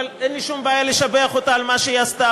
אבל אין לי שום בעיה לשבח אותה על מה שהיא עשתה